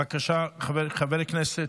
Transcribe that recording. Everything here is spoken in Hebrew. בבקשה, חבר הכנסת,